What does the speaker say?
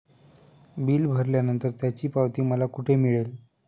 Bill भरल्यानंतर त्याची पावती मला कुठे मिळेल?